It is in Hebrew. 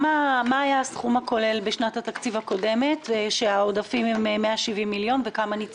מה היה הסכום הכולל בשנת התקציב הקודמת וכמה מתוך זה ניצלו?